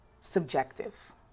subjective